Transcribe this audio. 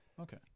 Okay